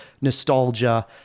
nostalgia